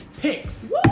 picks